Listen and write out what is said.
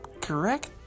correct